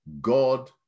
God